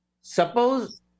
Suppose